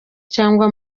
cyangwa